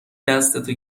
دستتو